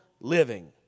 living